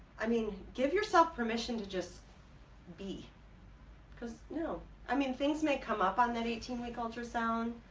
i mean give yourself permission to just be because no i mean things may come up on that eighteen week ultrasound